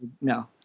No